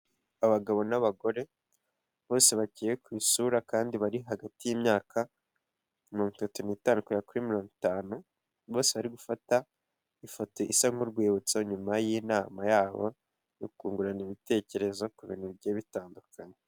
Abagabo n'abagore bose bacyeye ku isura kandi bari hagati y'imyaka mirongo n'itanu kugera kuri mirongo itanu bose bari gufata ifoto isa nk'urwibutso nyuma y'inama yabo yo kungurana ibitekerezo ku bintu bigiye bitandukanye.